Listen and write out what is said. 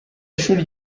ishuri